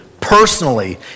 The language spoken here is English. personally